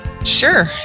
Sure